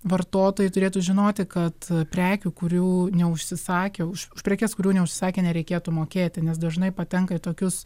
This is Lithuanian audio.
vartotojai turėtų žinoti kad prekių kurių neužsisakė už prekes kurių neužsisakė nereikėtų mokėti nes dažnai patenka į tokius